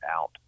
out